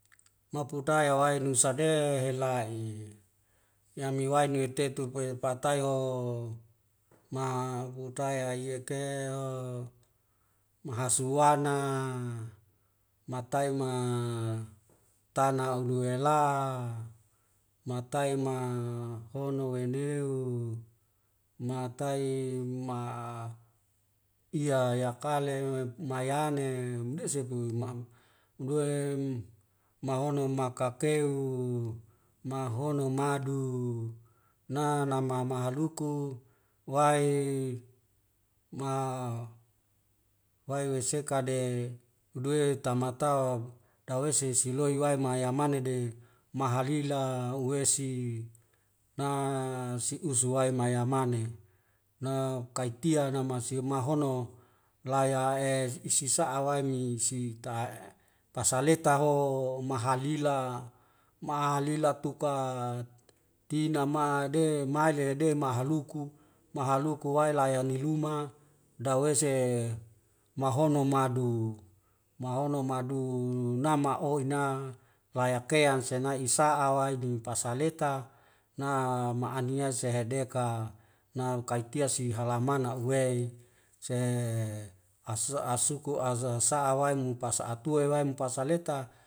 Ma putai yawai nusa de hela'i ya miwai niwi tetu puya patai oooo ma butaia iya ke o mahasuana matai ma tana ulu yela matai ma hono endeu matai ma iya yakale mayane mdesepu ma'am ndue mahono makakeu mahono madu na nama mahaluku wae ma wae wese kade huduwoe tamata o tawei si siloi wae mshayamanede mahalila uwesi na se'usu wai mayamane na kai tian na masih mahono laya e isi sa'awai mi sita e pasaleta ho mahalila mahalila tuka tina ma de maile de mahaluku mahaluku wae layani luma dawese mahono madu mahono madu nama oina layak keang senai isa'a ding pasaleta na ma'ania sehedeka na kai tia si halammana uwei se as asuku azasa'awai mu pas antua waemu pasaleta